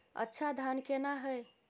अच्छा धान केना हैय?